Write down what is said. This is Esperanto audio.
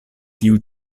kiu